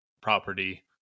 property